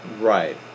Right